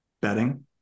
betting